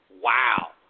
Wow